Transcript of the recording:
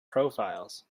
profiles